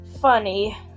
funny